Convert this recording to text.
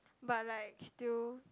but like still